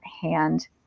hand